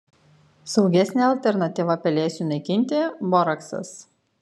saugesnė alternatyva pelėsiui naikinti boraksas